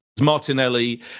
Martinelli